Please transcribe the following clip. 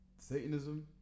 Satanism